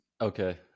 okay